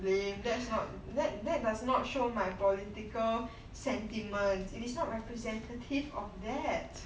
lame that's not that that does not show my political sentiments it is not representative of that